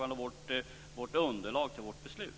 Det är underlaget för vårt beslut.